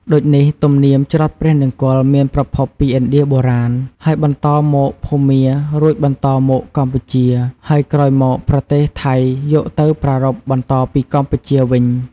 ដូចនេះទំនៀមច្រត់ព្រះនង្គ័លមានប្រភពពី ឥណ្ឌាបុរាណ ហើយបន្តមក ភូមា រួចបន្តមកកម្ពុជា ហើយក្រោយមកប្រទេសថៃយកទៅប្រារព្ធបន្តពីកម្ពុជាវិញ។